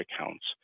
accounts